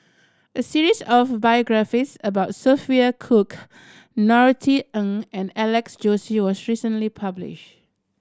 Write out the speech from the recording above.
a series of biographies about Sophia Cooke Norothy Ng and Alex Josey was recently published